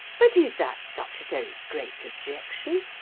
but is that such a very great objection?